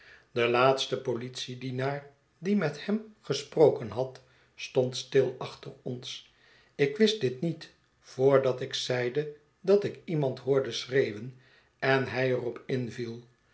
de laatste politiedienaar die met hem gesproken had stond stil achter ons ik wist dit niet voordat ik zeide dat ik iemand hoorde schreeuwen en hij er op inviel